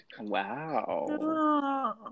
Wow